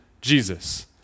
Jesus